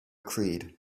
creed